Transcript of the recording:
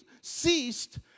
ceased